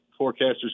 forecasters